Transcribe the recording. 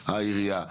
העירייה.